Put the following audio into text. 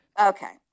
Okay